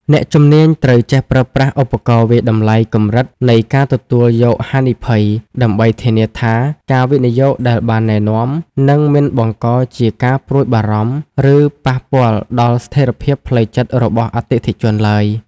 អ្នកជំនាញត្រូវចេះប្រើប្រាស់ឧបករណ៍វាយតម្លៃកម្រិតនៃការទទួលយកហានិភ័យ ដើម្បីធានាថាការវិនិយោគដែលបានណែនាំ នឹងមិនបង្កជាការព្រួយបារម្ភ ឬប៉ះពាល់ដល់ស្ថិរភាពផ្លូវចិត្តរបស់អតិថិជនឡើយ។